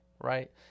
right